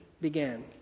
began